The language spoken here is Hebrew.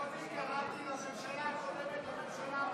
לא אני קראתי לממשלה הקודמת "הממשלה המקוללת".